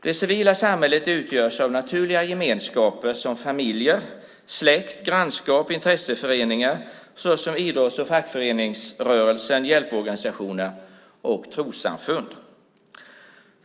Det civila samhället utgörs av naturliga gemenskaper som familjer, släkt, grannskap, intresseföreningar såsom idrotts och fackföreningsrörelsen, hjälporganisationer och trossamfund.